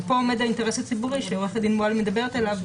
פה עומד האינטרס הציבורי שעו"ד מועלם מדברת עליו,